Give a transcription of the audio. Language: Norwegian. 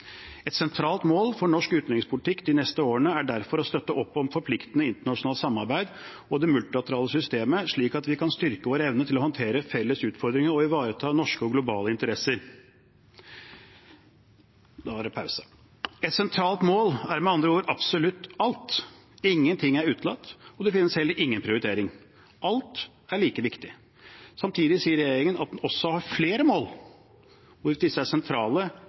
et slikt eksempel: «Et sentralt mål for norsk utenrikspolitikk de neste årene er derfor å støtte opp om forpliktende internasjonalt samarbeid og det multilaterale systemet, slik at vi kan styrke vår evne til å håndtere felles utfordringer og ivareta norske og globale interesser.» Et sentralt mål er med andre ord absolutt alt. Ingenting er utelatt, og det finnes heller ingen prioritering. Alt er like viktig. Samtidig sier regjeringen at den også har flere mål, og hvorvidt disse er sentrale,